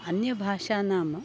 अन्यभाषानाम्